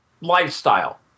lifestyle